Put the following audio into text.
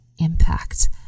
impact